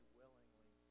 willingly